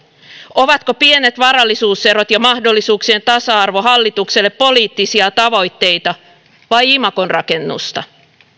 ovatko pienet varallisuuserot ja mahdollisuuksien tasa arvo hallitukselle poliittisia tavoitteita vai imagonrakennusta